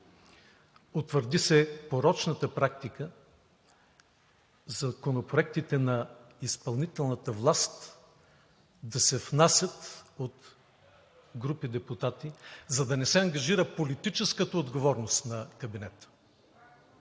Утвърди се порочната практика законопроектите на изпълнителната власт да се внасят от групи депутати, за да не се ангажира политическата отговорност на кабинета.